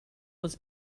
was